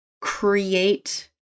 create